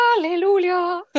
Hallelujah